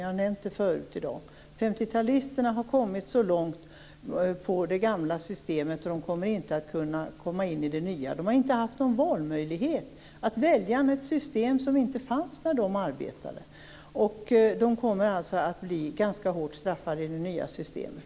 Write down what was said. Jag har nämnt det förut i dag. 50-talisterna har kommit så långt i det gamla systemet, och de kommer inte att kunna komma in i det nya. De har inte haft någon valmöjlighet. De har inte kunnat välja ett system som inte fanns när de arbetade. De kommer alltså att bli ganska hårt straffade i det nya systemet.